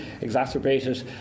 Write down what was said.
exacerbated